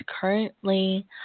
currently